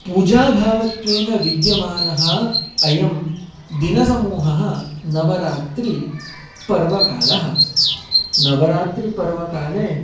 पूजाभावत्वेन विद्यमानः अयं दिनसमूहः नवरात्रि पर्वकालः नवरात्रि पर्वकाले